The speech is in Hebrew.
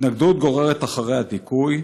התנגדות גוררת אחריה דיכוי,